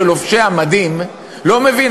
לא מבין.